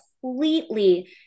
completely